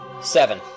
seven